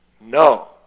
No